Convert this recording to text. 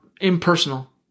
impersonal